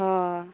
ᱚ